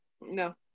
no